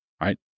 Right